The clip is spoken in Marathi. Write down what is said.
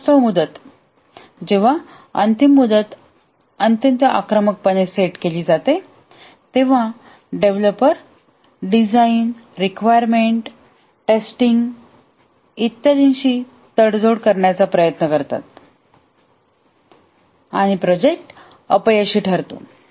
अवास्तव मुदत जेव्हा अंतिम मुदत अत्यंत आक्रमकपणे सेट केली जाते तेव्हा डेव्हलपर डिझाईन रिक्वायरमेंट टेस्टिंग इत्यादींशी तडजोड करण्याचा प्रयत्न करतात आणि प्रोजेक्ट अपयशी ठरतो